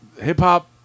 hip-hop